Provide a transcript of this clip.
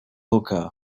hookah